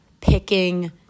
picking